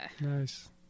Nice